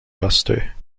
buster